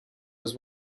was